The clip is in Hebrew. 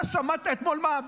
אתה שמעת אתמול מה,